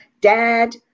dad